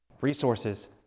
resources